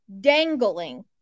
dangling